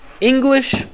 English